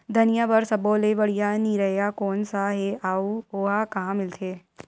धनिया बर सब्बो ले बढ़िया निरैया कोन सा हे आऊ ओहा कहां मिलथे?